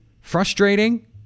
frustrating